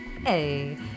hey